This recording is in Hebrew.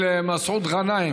של מסעוד גנאים,